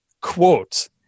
quote